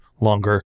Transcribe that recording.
longer